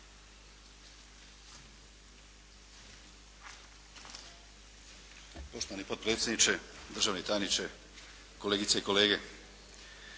Poštovani potpredsjedniče, državni tajniče, kolegice i kolege.